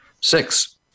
Six